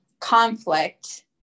conflict